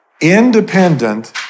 independent